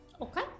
Okay